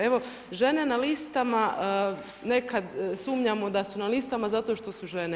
Evo žene na listama, nekada sumnjamo da su na listama zato što su žene.